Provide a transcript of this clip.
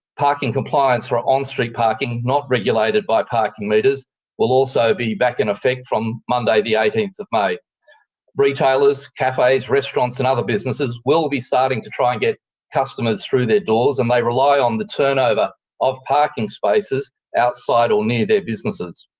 parking compliance for on-street parking not regulated by parking meters will also be back in effect from monday eighteen may. retailers, cafes, restaurants and other businesses will be starting to try and get customers through their doors, and they rely on the turnover of parking spaces outside or near their businesses.